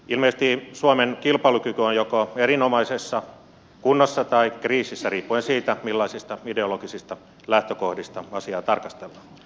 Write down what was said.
ilmeisesti suomen kilpailukyky on joko erinomaisessa kunnossa tai kriisissä riippuen siitä millaisista ideologisista lähtökohdista asiaa tarkastellaan